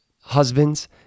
husbands